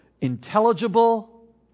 intelligible